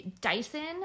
Dyson